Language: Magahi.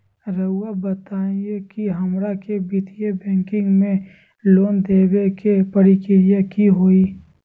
रहुआ बताएं कि हमरा के वित्तीय बैंकिंग में लोन दे बे के प्रक्रिया का होई?